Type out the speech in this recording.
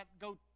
go